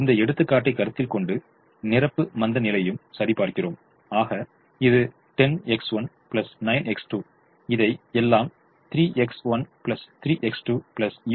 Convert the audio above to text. இந்த எடுத்துக்காட்டைக் கருத்தில் கொண்டு நிரப்பு மந்தநிலையும் சரிபார்க்கிறோம் ஆக இது 10X19X2 இதை எல்லாம் 3X13X2u1 21